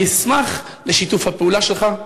אני אשמח על שיתוף הפעולה שלך.